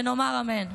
ונאמר אמן".